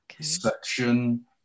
section